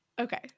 Okay